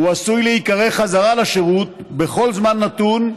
הוא עשוי להיקרא חזרה לשירות בכל זמן נתון,